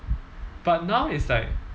but now is like